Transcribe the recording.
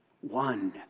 one